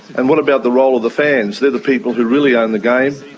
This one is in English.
and what about the role of the fans? they're the people who really own the game.